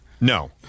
No